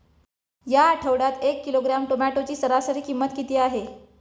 या आठवड्यात एक किलोग्रॅम टोमॅटोची सरासरी किंमत किती आहे?